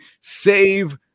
save